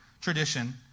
tradition